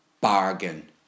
bargain